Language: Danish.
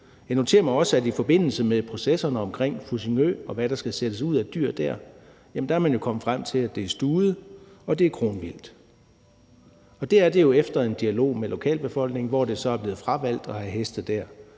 Jeg noterer mig også, at i forbindelse med processerne omkring Fussingø, og hvad der skal sættes ud af dyr dér, er man kommet frem til, at det er stude og kronvildt. Og det er man jo kommet frem til efter en dialog med lokalbefolkningen, hvor det så er blevet fravalgt at have heste der.